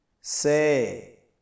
Say